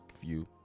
view